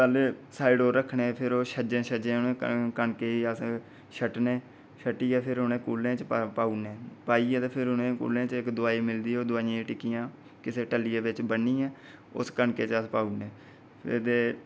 पैह्लै साईड उप्पर रक्खने फ्ही शज्जें शज्जें अस ओह् कनकै गी अस छट्टने छट्टियै फिर उ'नें कूलें च पाउडनें पाइयै फिर उ'नें कूलैं च दवाइयां मिलदियां फिर ओह् टिक्कियां किसै टल्लियै च बन्नियै उस कनकै च पाउडनें